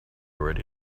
already